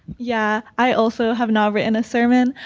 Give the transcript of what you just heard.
yeah, i also have not written a sermon.